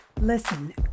Listen